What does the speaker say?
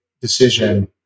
decision